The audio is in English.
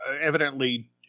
evidently